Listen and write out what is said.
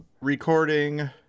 recording